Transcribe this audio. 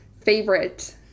favorite